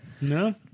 No